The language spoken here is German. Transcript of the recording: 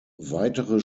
weitere